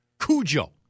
Cujo